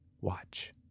watch